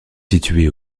située